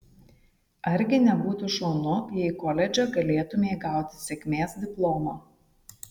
argi nebūtų šaunu jei koledže galėtumei gauti sėkmės diplomą